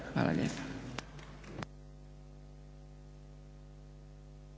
Hvala